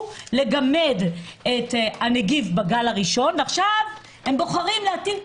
לגמד את הנגיף בגל הראשון ועכשיו הם בוחרים להטיל את